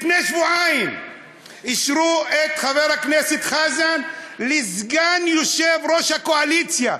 לפני שבועיים אישרו את חבר הכנסת חזן לסגן יושב-ראש הקואליציה,